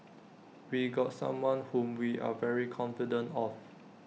we got someone whom we are very confident of